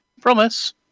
promise